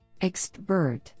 Expert